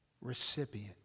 recipient